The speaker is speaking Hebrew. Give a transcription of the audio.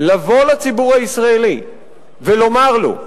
לבוא לציבור הישראלי ולומר לו: